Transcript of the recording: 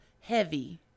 Heavy